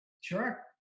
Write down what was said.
sure